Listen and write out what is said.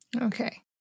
Okay